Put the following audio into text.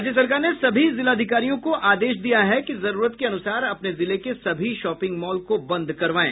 राज्य सरकार ने सभी जिलाधिकारियों को आदेश दिया है कि जरूरत के अनुसार अपने जिले के सभी शॉपिंग मॉल को बंद करवायें